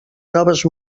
noves